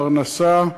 פרנסה,